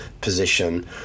position